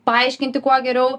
paaiškinti kuo geriau